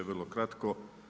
Vrlo kratko.